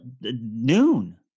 noon